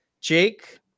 Jake